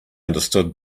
understood